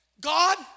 God